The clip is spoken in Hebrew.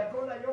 אתה כל היום